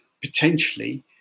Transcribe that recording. potentially